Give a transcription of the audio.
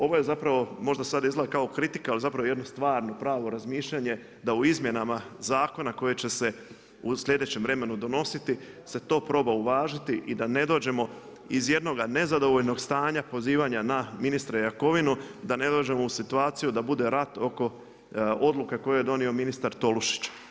Ovo je zapravo možda sada izgleda kao kritika ali zapravo je jedno stvarno, pravo razmišljanje da u izmjenama zakona koje će se u sljedećem vremenu donositi se to proba uvažiti i da ne dođemo iz jednoga nezadovoljnog stanja, pozivanja na ministra Jakovinu, da ne dođemo u situaciju da bude rat oko odluka koje je donio ministar Tolušić.